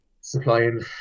supplying